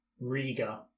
Riga